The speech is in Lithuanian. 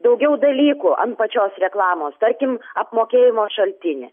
daugiau dalykų ant pačios reklamos tarkim apmokėjimo šaltinį